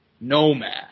Nomad